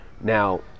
Now